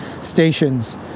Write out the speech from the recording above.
stations